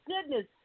goodness